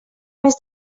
més